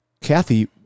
Kathy